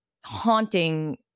haunting